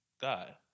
God